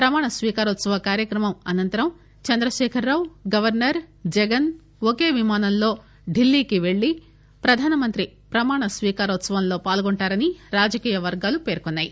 ప్రమాణ స్వీకారోత్సవ కార్యక్రమం అనంతరం చంద్రశేఖర్ రావు గవర్నర్ జగస్ ఒకే విమానంలో ఢిల్లీ వెల్లి ప్రధానమంత్రి ప్రమాణ స్వీకారోత్పవంలో పాల్గొంటారని రాజకీయ వర్గాలు పేర్కొన్నాయి